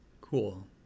Cool